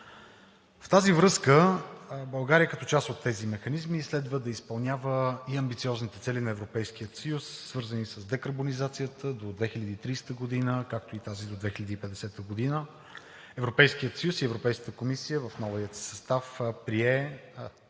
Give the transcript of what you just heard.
В тази връзка България като част от тези механизми следва да изпълнява и амбициозните цели на Европейския съюз, свързани с декарбонизацията до 2030 г., както и тази до 2050 г. Европейският съюз и Европейската комисия в новия състав прие за